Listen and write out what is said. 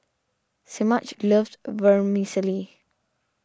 Semaj loves Vermicelli